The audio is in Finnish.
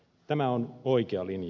tämä on oikea linja